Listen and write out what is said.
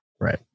Right